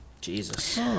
Jesus